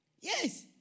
Yes